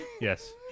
Yes